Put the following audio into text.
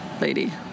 lady